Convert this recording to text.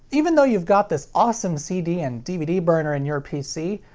even though you've got this awesome cd and dvd burner in your pc,